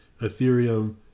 Ethereum